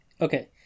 Okay